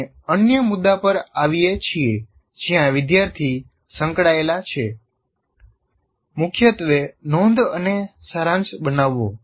આપણે અન્ય મુદ્દા પર આવીએ છીએ જ્યાં વિદ્યાર્થી સંકળાયેલ છે મુખ્યત્વે નોંધ અને સારાંશ બનાવવો